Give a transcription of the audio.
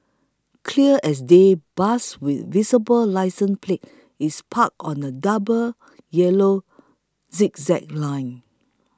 clear as day bus with visible licence plate is parked on a double yellow zigzag line